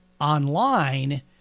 online